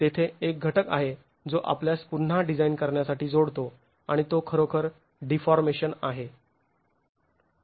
तेथे एक घटक आहे जो आपल्यास पुन्हा डिझाईन करण्यासाठी जोडतो आणि तो खरोखर डीफॉर्मेशन आहे